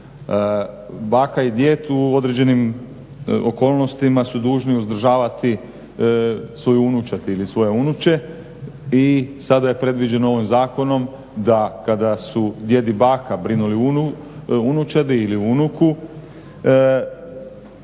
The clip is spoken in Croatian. Baka i djed u određenim okolnostima su dužni uzdržavati svoju unučad ili svoje unuče i sada je predviđeno ovim zakonom da kada su djed i baka brinuli o unučadi ili o unuku